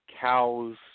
cows